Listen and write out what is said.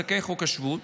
זכאי חוק השבות,